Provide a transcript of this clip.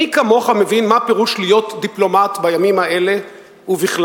מי כמוך מבין מה פירוש להיות דיפלומט בימים האלה ובכלל.